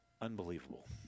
unbelievable